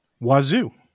Wazoo